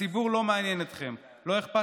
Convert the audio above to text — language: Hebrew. לאיכות